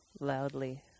loudly